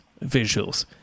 visuals